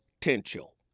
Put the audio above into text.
Potential